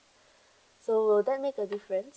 so will that makes a difference